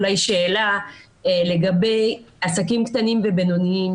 אולי שאלה לגבי עסקים קטנים ובינוניים.